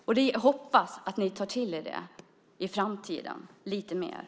Jag hoppas att ni tar till er det lite mer i framtiden.